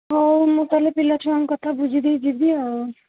ହଉ ମୁଁ ତା'ହେଲେ ପିଲା ଛୁଆଙ୍କ କଥା ବୁଝିଦେଇ ଯିବି ଆଉ